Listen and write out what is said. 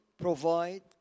provide